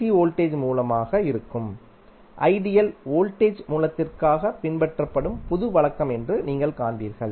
C voltage மூலமாக இருக்கும் ideal voltage மூலத்திற்காக பின்பற்றப்படும் பொது வழக்கம் என்று நீங்கள் காண்பீர்கள்